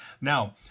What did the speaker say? Now